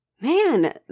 Man